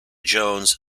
jones